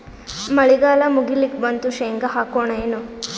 ಮಳಿಗಾಲ ಮುಗಿಲಿಕ್ ಬಂತು, ಶೇಂಗಾ ಹಾಕೋಣ ಏನು?